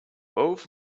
both